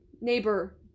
neighbor